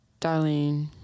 Darlene